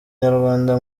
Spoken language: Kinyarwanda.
nyarwanda